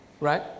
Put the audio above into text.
right